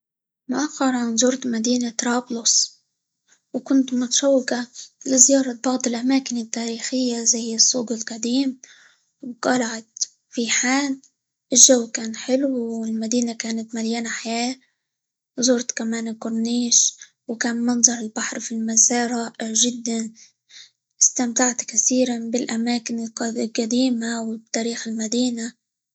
مؤخرا زرت مدينة طرابلس، وكنت متشوقة لزيارة بعض الأماكن التاريخية زي السوق القديم، وقلعة ريحان، الجو كان حلو، والمدينة كانت مليانة حياة، وزرت كمان الكورنيش، وكان منظر البحر فى المساء رائع جدًا، استمتعت كثيرًا بالأماكن -الق- القديمة، وبتاريخ المدينة.